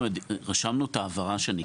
רשמנו את ההערה שניתנה.